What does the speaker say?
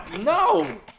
No